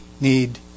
need